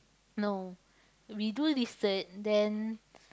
no we do research then